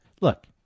look